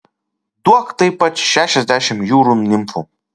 duok taip pat šešiasdešimt jūrų nimfų